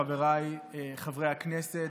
חבריי חברי הכנסת,